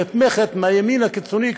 שנתמכת מהימין הקיצוני,